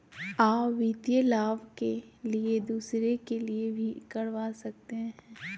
आ वित्तीय लाभ के लिए दूसरे के लिए भी करवा सकते हैं?